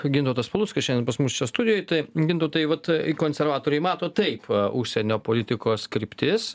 gintautas paluckas šiandien pas mus čia studijoj tai gintautai vat konservatoriai mato taip užsienio politikos kryptis